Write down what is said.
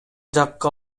жакка